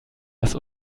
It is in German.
das